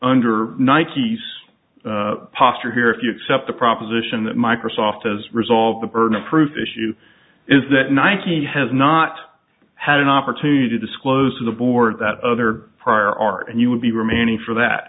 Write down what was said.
under nike's posture here if you accept the proposition that microsoft as resolve the burden of proof issue is that nike has not had an opportunity to disclose to the board that other prior art and you would be remaining for that